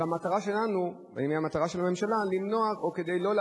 והמטרה שלנו והמטרה של הממשלה היא לא להביא